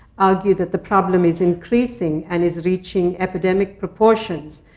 argue that the problem is increasing, and is reaching epidemic proportions.